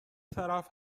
طرف